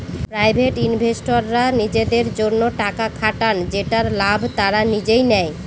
private ইনভেস্টররা নিজেদের জন্য টাকা খাটান যেটার লাভ তারা নিজেই নেয়